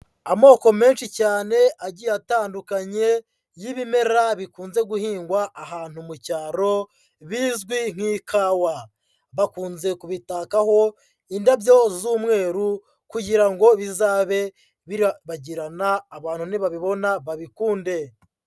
Amoko menshi cyane agiye atandukanye y'ibimera bikunze guhingwa ahantu mu cyaro bizwi nk'ikawa, bakunze kubitakaho indabyo z'umweru kugira ngo bizabe birabagirana abantu nibabibona babikunde.